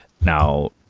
Now